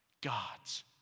God's